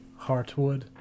Heartwood